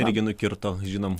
irgi nukirto žinom